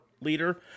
leader